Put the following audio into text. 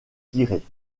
tirée